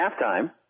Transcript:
halftime